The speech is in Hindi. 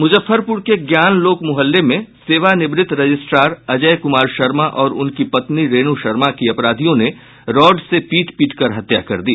मुजफ्फरपुर के ज्ञान लोक मुहल्ले में सेवानिवृत्त रजिस्ट्रार अजय कुमार शर्मा और उनकी पत्नी रेणु शर्मा की अपराधियों ने रॉड से पीट पीट कर हत्या कर दी